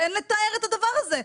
אין לתאר את הדבר הזה,